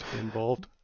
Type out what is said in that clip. involved